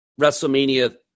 WrestleMania